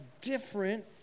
different